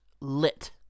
lit